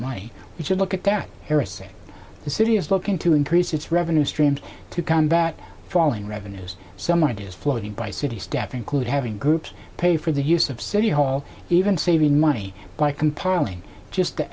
money you should look at that the city is looking to increase its revenue streams to combat falling revenues some ideas floating by city staff include having groups pay for the use of city hall even saving money by compiling just the